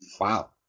Wow